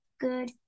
good